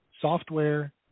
software